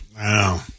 Wow